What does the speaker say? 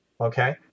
Okay